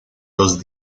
dos